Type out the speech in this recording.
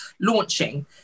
launching